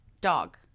Dog